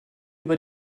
über